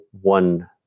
one